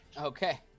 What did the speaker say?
Okay